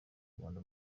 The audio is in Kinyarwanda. rwanda